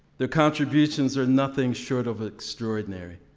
their contributions are nothing short of extraordinary.